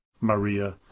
Maria